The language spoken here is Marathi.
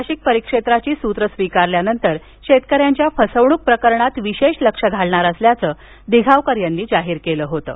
नाशिक परिक्षेत्राची सूत्रं स्वीकारल्यानंतर शेतकऱ्यांच्या फसवणूक प्रकरणात विशेष लक्ष घालणार असल्याचं दिघावकर यांनी जाहीर केलं होतं